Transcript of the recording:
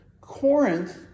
Corinth